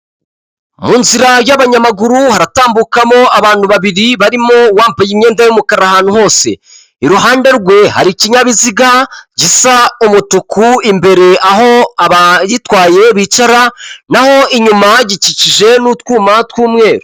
Mu nzira y'abanyamaguru haratambukamo abantu babiri barimo uwambaye imyenda y'umukara ahantu hose iruhande rwe hari ikinyabiziga gisa umutuku imbere aho abagitwaye bicara , naho inyuma bagikikije n'utwuma tw'umweru .